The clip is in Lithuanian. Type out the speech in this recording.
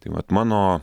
tai vat mano